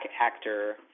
actor